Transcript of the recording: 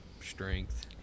strength